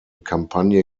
kampagne